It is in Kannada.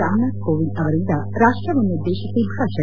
ರಾಮನಾಥ್ ಕೋವಿಂದ್ ಅವರಿಂದ ರಾಷ್ಟ್ವನ್ನುದ್ಗೇಶಿಸಿ ಭಾಷಣ